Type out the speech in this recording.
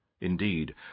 Indeed